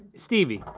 stevie.